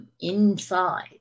inside